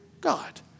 God